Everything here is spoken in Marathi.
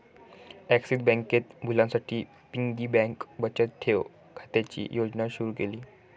ॲक्सिस बँकेत मुलांसाठी पिगी बँक बचत ठेव खात्याची योजना सुरू केली